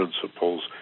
principles